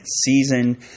season